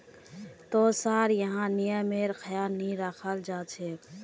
तोसार यहाँ नियमेर ख्याल नहीं रखाल जा छेक